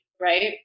Right